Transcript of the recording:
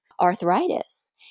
arthritis